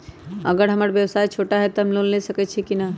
अगर हमर व्यवसाय छोटा है त हम लोन ले सकईछी की न?